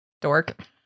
Dork